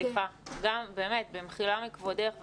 במחילה מכבודך,